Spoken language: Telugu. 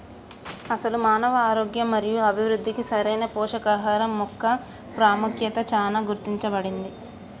అసలు మానవ ఆరోగ్యం మరియు అభివృద్ధికి సరైన పోషకాహరం మొక్క పాముఖ్యత చానా గుర్తించబడింది